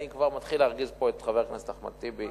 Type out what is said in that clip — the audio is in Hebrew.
אני כבר מתחיל להרגיז פה את חבר הכנסת אחמד טיבי.